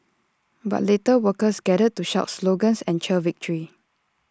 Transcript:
but later workers gathered to shout slogans and cheer victory